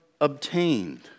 obtained